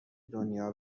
دنیا